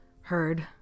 heard